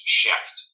shift